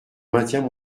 maintiens